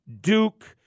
Duke